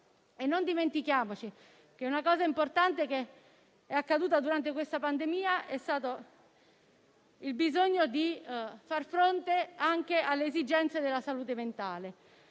Non dimentichiamo una cosa importante, accaduta durante questa pandemia: mi riferisco al bisogno di far fronte anche alle esigenze della salute mentale.